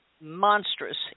monstrous